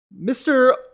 Mr